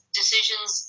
decisions